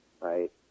right